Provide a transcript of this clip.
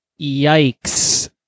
Yikes